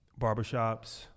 barbershops